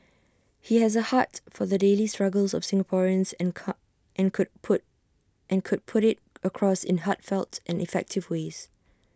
he has A heart for the daily struggles of Singaporeans and car and could put and could put IT across in heartfelt and effective ways